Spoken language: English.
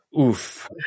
oof